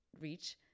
reach